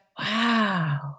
wow